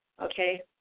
okay